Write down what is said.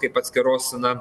kaip atskiros na